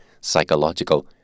psychological